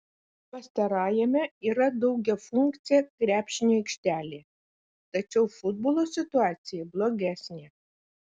pastarajame yra daugiafunkcė krepšinio aikštelė tačiau futbolo situacija blogesnė